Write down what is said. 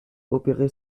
opérer